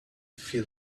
feel